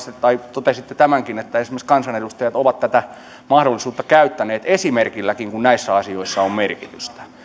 totesitte tämänkin että esimerkiksi kansanedustajat ovat tätä mahdollisuutta käyttäneet esimerkilläkin kun näissä asioissa on merkitystä